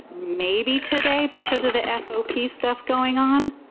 maybe today because of the fop stuff going on.